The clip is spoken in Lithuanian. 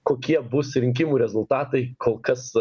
kokie bus rinkimų rezultatai kol kas